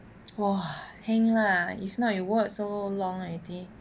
!wah! heng lah if not you work so long already